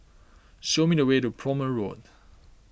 show me the way to Prome Road